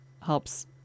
helps